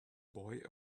boy